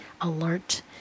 alert